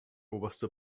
oberste